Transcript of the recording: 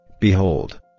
behold